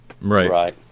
Right